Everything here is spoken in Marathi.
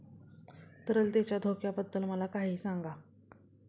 तरलतेच्या धोक्याबद्दल मला काही सांगा